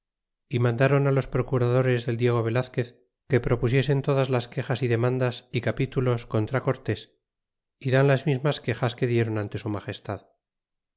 y mandron los procuradores del diego velazquez que propusiesen todas las quexas y demandas y capítulos contra cortés y dan las mismas quexas que diéron ante su magestad